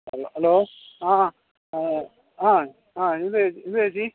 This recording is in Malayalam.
അലോ അലോ ആ ആ ആ എന്താ എന്താ ചേച്ചി